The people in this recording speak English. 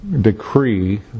decree